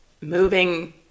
moving